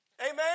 Amen